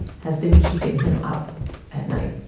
has been keeping him up at night